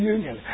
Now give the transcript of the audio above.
Union